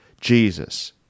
Jesus